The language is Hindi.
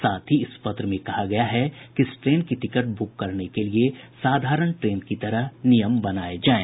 साथ ही इस पत्र में कहा गया है कि इस ट्रेन की टिकट बुक करने के लिए साधारण ट्रेन की तहर नियम बनाये जाये